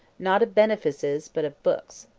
not of benefices, but of books.